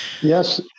Yes